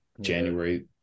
January